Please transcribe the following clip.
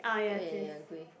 oh ya ya grey